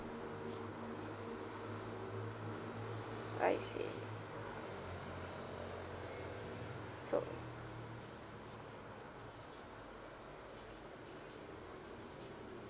I see so